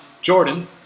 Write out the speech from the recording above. Jordan